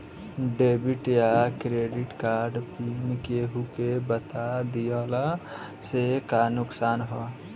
Debit या credit card pin केहूके बता दिहला से का नुकसान ह?